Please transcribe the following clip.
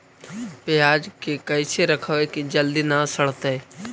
पयाज के कैसे रखबै कि जल्दी न सड़तै?